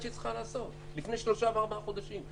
שהיא צריכה לעשות לפני שלושה וארבעה חודשים.